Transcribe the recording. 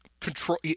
control